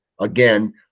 Again